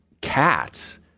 cats